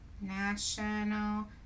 National